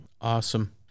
Awesome